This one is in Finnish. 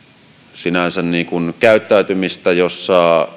sinänsä käyttäytymistä josta